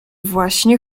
właśnie